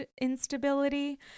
instability